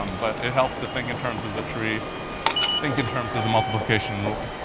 um but it helps to think in terms of the tree think in terms of the multiplication rule.